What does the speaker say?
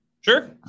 Sure